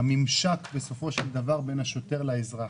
הממשק בסופו של דבר בין השוטר לאזרח.